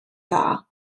dda